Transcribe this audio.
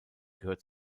gehört